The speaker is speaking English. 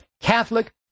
Catholic